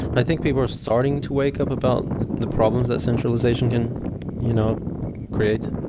i think people are starting to wake up about the problems that centralization can you know create